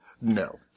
No